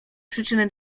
przyczyny